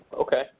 okay